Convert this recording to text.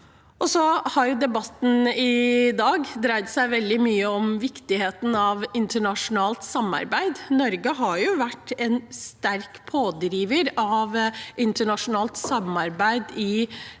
utfordringer. Debatten i dag har dreid seg veldig mye om viktigheten av internasjonalt samarbeid. Norge har vært en sterk pådriver for internasjonalt samarbeid innen